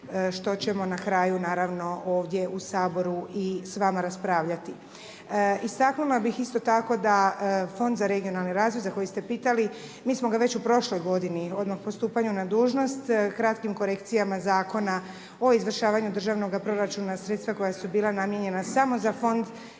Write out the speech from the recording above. što ćemo na kraju naravno, ovdje u Saboru i s vama raspravljati. Istaknula bih isto tako da Fond za regionalni razvoj za koji ste pitali, mi smo ga već u prošloj godini odmah po stupanju na dužnost, kratkim korekcijama zakona o izvršavanju državnoga proračuna sredstva koja su bila namijenjena samo za fond